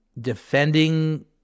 defending